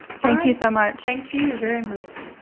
thank you so much. thank you very much.